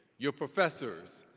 your professors,